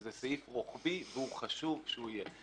זה סעיף רוחבי והוא חשוב שהוא יהיה.